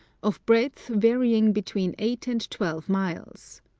of breadth varying between eight and twelve miles.